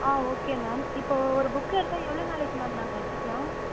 ஆ okay ma'am இப்போ ஒரு book எடுத்தால் எவ்வளோ நாளைக்கு மேம் நாங்கள் வச்சுக்கலாம்